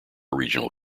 regional